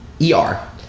E-R